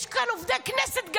יש כאן גם עובדי כנסת.